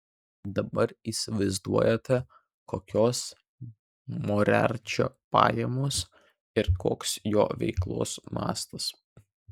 dabar įsivaizduojate kokios moriarčio pajamos ir koks jo veiklos mastas